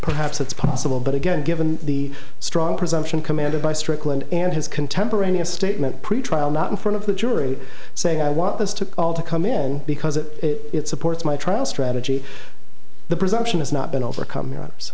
perhaps it's possible but again given the strong presumption commanded by strickland and his contemporaneous statement pretrial not in front of the jury saying i want this to all to come in because it supports my trial strategy the presumption has not been overcome